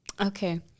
okay